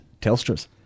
Telstra's